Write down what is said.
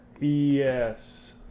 Yes